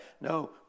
No